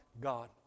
God